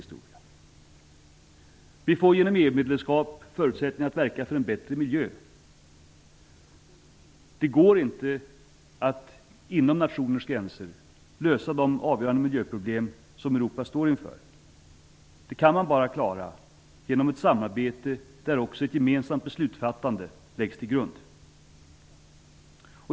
Vi får genom ett EU-medlemskap förutsättningar att verka för en bättre miljö. Det går inte att inom nationers gränser lösa de avgörande miljöproblem som Europa står inför. Det kan man bara klara genom ett samarbete, med ett gemensamt beslutsfattande som grund.